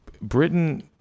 Britain